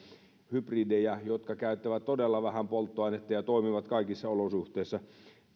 hybridejä jotka käyttävät todella vähän polttoainetta ja toimivat kaikissa olosuhteissa